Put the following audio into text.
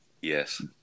Yes